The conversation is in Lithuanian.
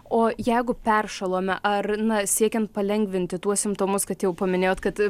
o jeigu peršalome ar na siekiant palengvinti tuos simptomus kad jau paminėjot kad